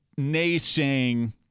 naysaying